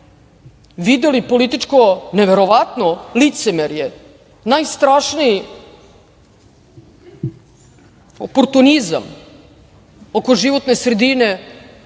videli političko neverovatno licemerje, najstrašniji oportunizam oko životne sredine,